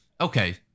okay